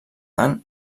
tant